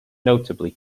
notably